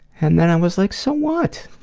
and then i was like so what,